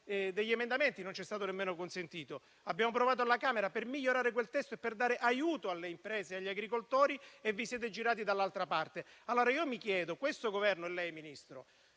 degli emendamenti, ma non ci è stato nemmeno consentito. Alla Camera abbiamo provato a migliorare quel testo, per dare aiuto alle imprese e agli agricoltori, ma vi siete girati dall'altra parte. Allora io mi chiedo: questo Governo e lei, Ministro,